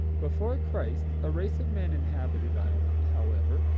before christ a race of men inhabited ireland, however,